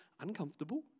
uncomfortable